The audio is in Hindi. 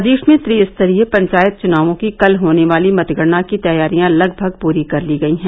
प्रदेश में त्रिस्तरीय पंचायत चुनावों की कल होने वाली मतगणना की तैयारियां लगभग पूरी कर ली गयी है